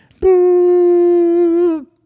boo